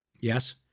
Yes